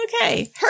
Okay